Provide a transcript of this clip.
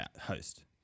host